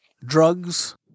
Drugs